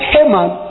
Haman